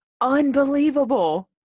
Unbelievable